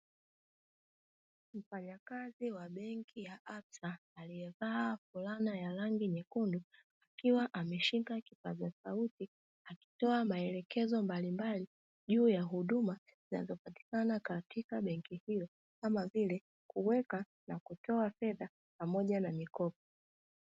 Mfanyakazi wa benki ya "absa" aliyevaa fulana ya rangi nyekundu, akiwa ameshika kipaza sauti akitoa maelekezo mbalimbali juu ya huduma zinazopatikana katika benki hiyo, kama vile kuweka na kutoa fedha pamoja na mikopo.